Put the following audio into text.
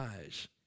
eyes